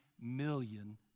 million